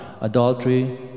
adultery